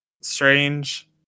strange